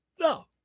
no